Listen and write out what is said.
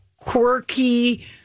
quirky